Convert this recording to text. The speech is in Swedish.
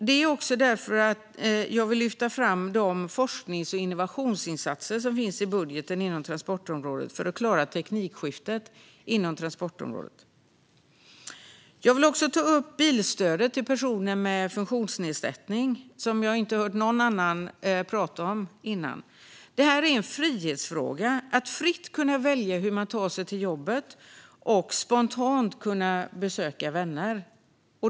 Det är också därför jag vill lyfta fram de forsknings och innovationsinsatser som finns i budgeten inom transportområdet för att klara detta teknikskifte. Jag vill också ta upp bilstödet till personer med funktionsnedsättning, något som jag har inte har hört någon annan tala om. Det är en frihetsfråga att fritt kunna välja hur man tar sig till jobbet och spontant kunna besöka vänner.